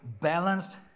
balanced